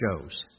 shows